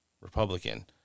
Republican